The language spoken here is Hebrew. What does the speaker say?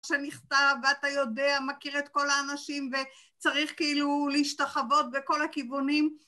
שנכתב, ואתה יודע, מכיר את כל האנשים וצריך כאילו להשתחוות בכל הכיוונים.